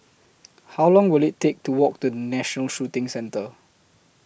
How Long Will IT Take to Walk to National Shooting Centre